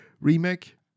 remake